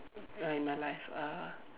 uh in my life uh